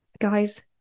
guys